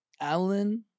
Alan